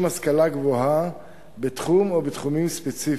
השכלה גבוהה בתחום או בתחומים ספציפיים,